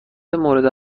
مورد